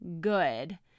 good